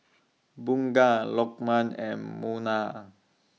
Bunga Lokman and Munah